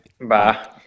Bye